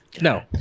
No